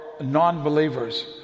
non-believers